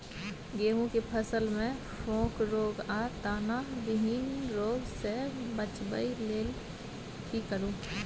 गेहूं के फसल मे फोक रोग आ दाना विहीन रोग सॅ बचबय लेल की करू?